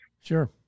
Sure